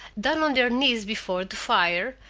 down on their knees before the fire,